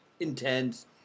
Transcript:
Intense